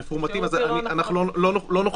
אין לנו את הנתונים האלה מפורמטים ולכן לא נוכל